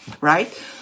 right